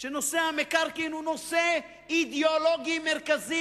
שנושא המקרקעין הוא נושא אידיאולוגי מרכזי,